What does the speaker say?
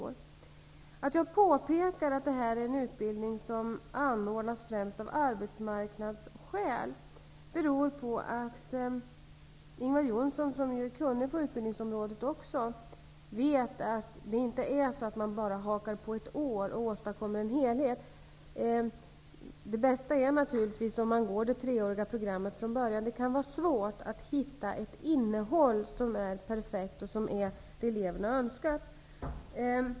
Anledningen till att jag påpekar att det här är en utbildning som anordnas främst av arbetsmarknadsskäl är att man inte bara genom att haka på ett år kan åstadkomma en helhet. Det vet Ingvar Johnsson, som ju är kunnig på utbildningsområdet också. Det bästa är naturligtvis att gå det treåriga programmet från början. Det kan vara svårt att hitta ett innehåll som är perfekt och som är det eleven har önskat.